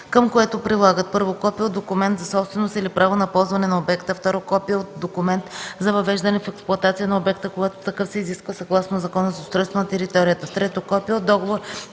към което прилагат: 1. копие от документ за собственост или право на ползване на обекта; 2. копие от документ за въвеждане в експлоатация на обекта, когато такъв се изисква съгласно Закона за устройство на територията; 3. копие от договор